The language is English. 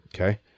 Okay